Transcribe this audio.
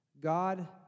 God